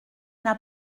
n’a